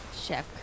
Chef